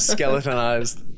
Skeletonized